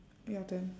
your turn